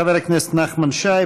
חבר הכנסת נחמן שי,